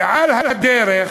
ועל הדרך,